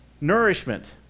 Nourishment